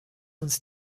uns